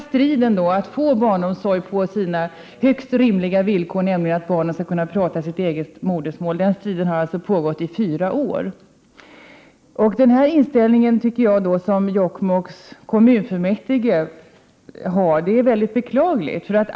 Striden om att få barnomsorg på dessa högst rimliga villkor, nämligen att barnen skall kunna få tala sitt eget modersmål, har pågått i fyra år. Denna inställning från Jokkmokks kommunfullmäktiges sida är mycket beklaglig.